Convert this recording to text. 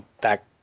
back